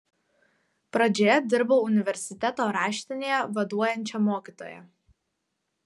pradžioje dirbau universiteto raštinėje vaduojančia mokytoja